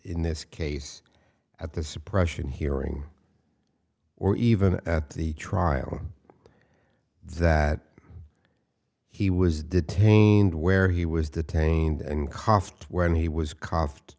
in this case at the suppression hearing or even at the trial that he was detained where he was detained and cough when he was c